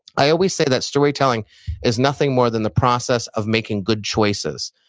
i always say that storytelling is nothing more than the process of making good choices,